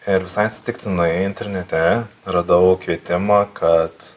ir visai atsitiktinai internete radau kvietimą kad